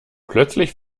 plötzlich